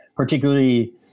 particularly